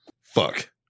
Fuck